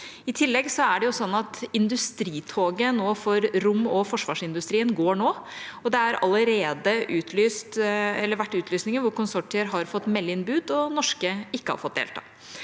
det sånn at industritoget for rom- og forsvarsindustrien går nå, og det har allerede vært utlysninger hvor konsortier har fått melde inn bud og norske ikke har fått delta.